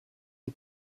est